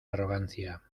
arrogancia